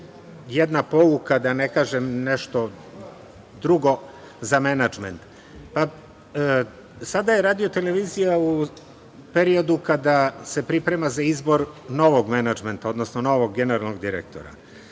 jedna pouka, da ne kažem nešto drugo, za menadžment? Sada je RT u periodu kada se priprema za izbor novog menadžmenta, odnosno novog generalnog direktora.